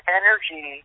energy